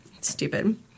Stupid